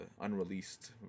unreleased